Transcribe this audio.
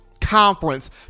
conference